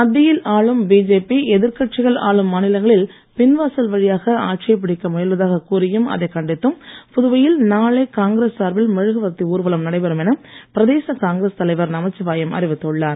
மத்தியில் ஆளும் பிஜேபி எதிர்க்கட்சிகள் ஆளும் மாநிலங்களில் பின்வாசல் வழியாக ஆட்சியை பிடிக்க முயல்வதாக கூறியும் அதை கண்டித்தும் புதுவையில் நாளை காங்கிரஸ் சார்பில் மெழுகுவர்த்தி ஊர்வலம் நடைபெறும் என பிரதேச காங்கிரஸ் தலைவர் நமச்சிவாயம் அறிவித்துள்ளார்